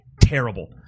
Terrible